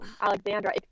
Alexandra